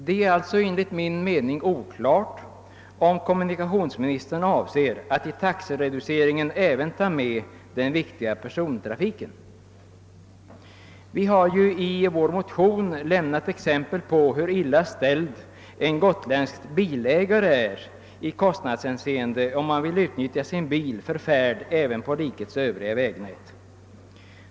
Det är alltså enligt vår mening oklart, om kommunikationsministern avser att vid taxereduceringen även ta med den viktiga persontrafiken. Vi har ju i vår motion lämnat exempel på hur illa ställd en gotländsk bilägare är i kostnadshänseende, om han vill utnyttja sin bil för färd även på rikets övriga vägnät.